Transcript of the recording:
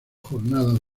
jornadas